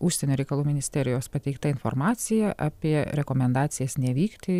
užsienio reikalų ministerijos pateikta informacija apie rekomendacijas nevykti